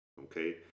okay